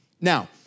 Now